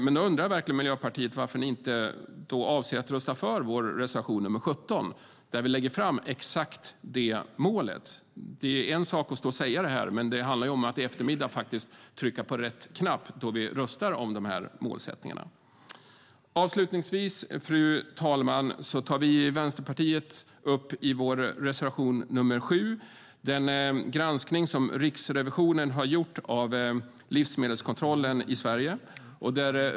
Men jag undrar varför ni i Miljöpartiet inte avser att rösta för vår reservation 17, där vi anger just detta mål. Det är en sak att stå och säga det här, men det handlar om att i eftermiddag faktiskt trycka på rätt knapp då vi röstar om dessa mål. Fru talman! Avslutningsvis tar vi i Vänsterpartiet i vår reservation 7 upp den granskning som Riksrevisionen har gjort av livsmedelskontrollen i Sverige.